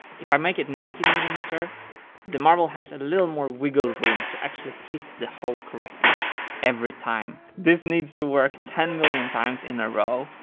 if i make it nineteen millimeter the marble has a little more wiggle room to actually hit the hole correctly every time. this needs to work ten million times in a row.